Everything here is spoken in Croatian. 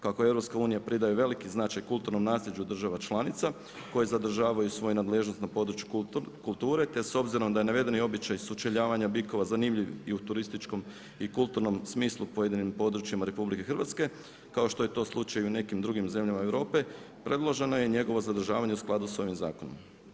Kako EU pridaje veliki značaj kulturnom nasljeđu država članica koje zadržavaju svoju nadležnost na području kulture te s obzirom da je navedeni običaj sučeljavanja bikova zanimljiv i u turističkom i kulturnom smislu u pojedinim područjima RH kao što je to slučaj i u nekim drugim zemljama Europe predloženo je i njegovo zadržavanje u skladu sa ovim zakonom.